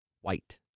white